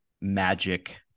magic